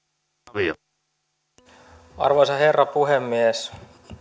arvoisa herra puhemies